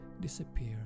disappear